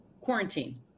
quarantine